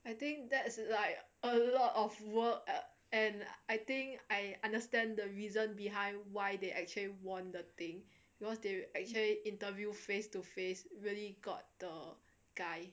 I think that's like a lot of work uh and I think I understand the reason behind why they actually won the thing because they actually interview face to face really got the guy